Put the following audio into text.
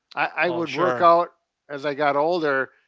i would workout as i got older.